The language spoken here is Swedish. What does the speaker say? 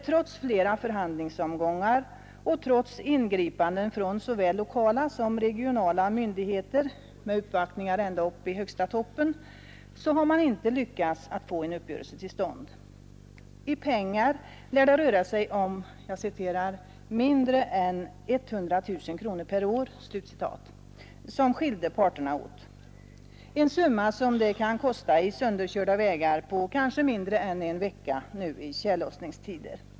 Trots flera förhandlingsomgångar och trots ingripanden från såväl lokala som regionala myndigheter med uppvaktningar ända upp i högsta toppen har man inte lyckats att få en uppgörelse till stånd. I pengar lär det röra sig om ”mindre än 100 000 kronor per år” som skilde parterna åt, en summa som det kan kosta i sönderkörda vägar på kanske mindre än en vecka nu i tjällossningstider.